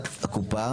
את הקופה,